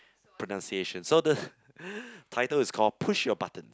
pronunciation so the title is call push your buttons